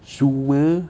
sure